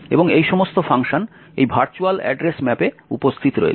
এবং এই সমস্ত ফাংশন এই ভার্চুয়াল অ্যাড্রেস ম্যাপে উপস্থিত রয়েছে